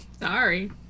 Sorry